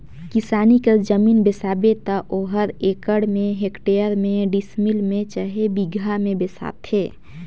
किसानी कर जमीन बेसाबे त ओहर एकड़ में, हेक्टेयर में, डिसमिल में चहे बीघा में बेंचाथे